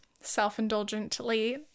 self-indulgently